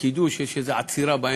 בקידוש יש איזו עצירה באמצע: